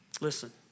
Listen